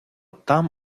там